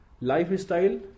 lifestyle